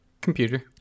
Computer